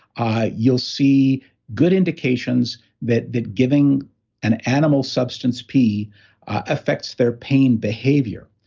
ah you'll see good indications that that giving an animal substance p affects their pain behavior.